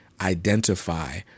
identify